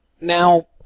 Now